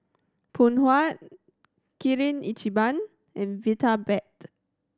Phoon Huat Kirin Ichiban and Vitapet